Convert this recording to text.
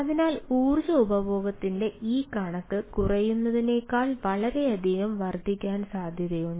അതിനാൽ ഊർജ്ജ ഉപഭോഗത്തിന്റെ ഈ കണക്ക് കുറയുന്നതിനേക്കാൾ വളരെയധികം വർദ്ധിക്കാൻ സാധ്യതയുണ്ട്